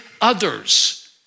others